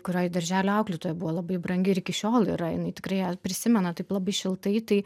kuriai darželio auklėtoja buvo labai brangi ir iki šiol yra jinai tikrai ją prisimena taip labai šiltai tai